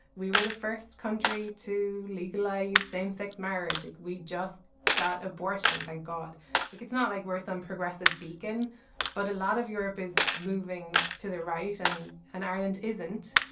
we were the first country to legalize same sex marriage. we just got abortion. thank god like it's not like we're some progressive beacon but a lot of europe is moving to the right and an ireland isn't.